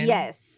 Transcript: Yes